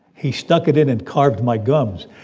he stuck it in and carved my gums.